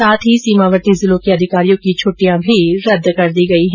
साथ ही सीमावर्ती जिलों के अधिकारियों की छट्टियां भी रदद कर दी गयी हैं